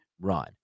run